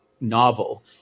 novel